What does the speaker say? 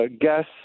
gas